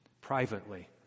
privately